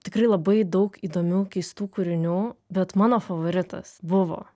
tikrai labai daug įdomių keistų kūrinių bet mano favoritas buvo